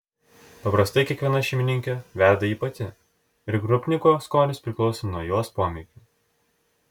paprastai kiekviena šeimininkė verda jį pati ir krupniko skonis priklauso nuo jos pomėgių